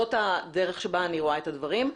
זאת הדרך בה אני רואה את הדברים.